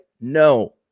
no